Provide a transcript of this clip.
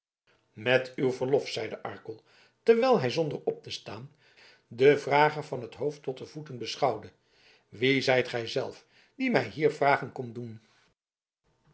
met uw verlof zeide arkel terwijl hij zonder op te staan den vrager van t hoofd tot de voeten beschouwde wie zijt gij zelf die mij hier vragen komt doen